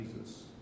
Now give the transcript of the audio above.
Jesus